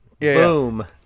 Boom